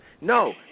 No